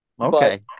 Okay